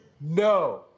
No